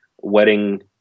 wedding